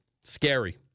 Scary